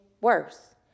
worse